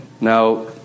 Now